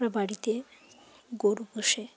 আমরা বাড়িতে গরু পোষে